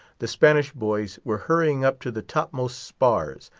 the spanish boys were hurrying up to the topmost spars,